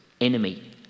Enemy